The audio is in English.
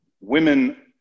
women